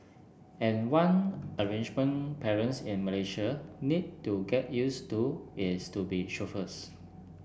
and one arrangement parents in Malaysia need to get used to is to be chauffeurs